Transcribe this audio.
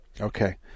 Okay